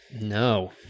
No